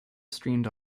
streamed